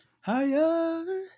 Higher